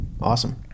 awesome